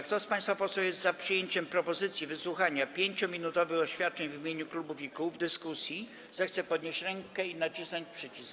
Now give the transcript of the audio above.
Kto z państwa posłów jest za przyjęciem propozycji wysłuchania 5-minutowych oświadczeń w imieniu klubów i kół w dyskusji, zechce podnieść rękę i nacisnąć przycisk.